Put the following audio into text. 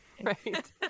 Right